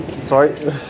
Sorry